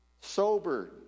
sober